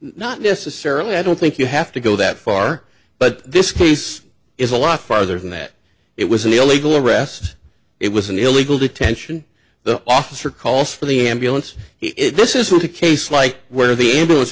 not necessarily i don't think you have to go that far but this case is a lot farther than that it was an illegal arrest it was an illegal detention the officer calls for the ambulance if this isn't a case like where the ambulance